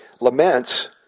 Laments